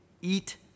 eat